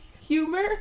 humor